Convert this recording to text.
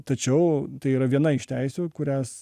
tačiau tai yra viena iš teisių kurias